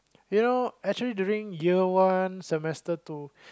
you know actually during year one semester two